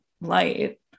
light